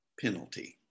penalty